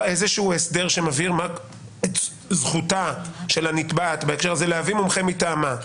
הסדר שמבהיר את זכותה של הנתבעת בהקשר הזה להביא מומחה מטעמה,